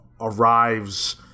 arrives